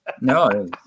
No